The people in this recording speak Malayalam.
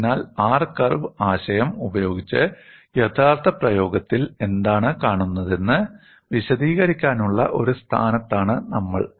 അതിനാൽ R കർവ് ആശയം ഉപയോഗിച്ച് യഥാർത്ഥ പ്രയോഗത്തിൽ എന്താണ് കാണുന്നതെന്ന് വിശദീകരിക്കാനുള്ള ഒരു സ്ഥാനത്താണ് നമ്മൾ